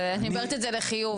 ואני אומרת את זה בחיוב,